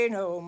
no